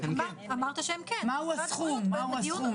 הדסה